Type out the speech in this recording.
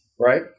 right